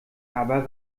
aber